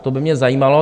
To by mě zajímalo.